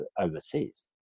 overseas